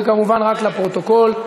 זה כמובן רק לפרוטוקול.